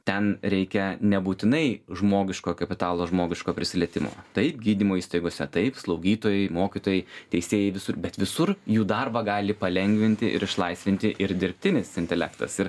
ten reikia nebūtinai žmogiško kapitalo žmogiško prisilietimo taip gydymo įstaigose taip slaugytojai mokytojai teisėjai visur bet visur jų darbą gali palengvinti ir išlaisvinti ir dirbtinis intelektas ir